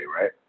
right